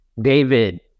David